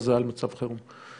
הכרזה על מצב חירום.